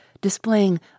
displaying